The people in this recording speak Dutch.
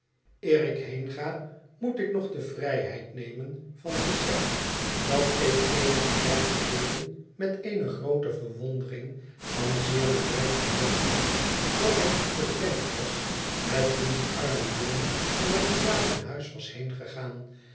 eer ik heenga moet ik nog de vrijheid nemen van te zeggen dat ik eenigen tijd geleden met eene groote verwondering van zeer nabij vernomen heb dat het u bekend was met wien die arme jongen van het verlaten huis was heengegaan